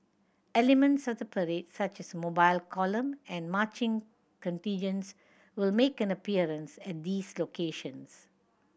elements of the parade such as the Mobile Column and marching contingents will make an appearance at these locations